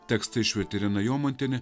tekstą išvertė irena jomantienė